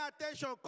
attention